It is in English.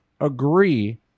agree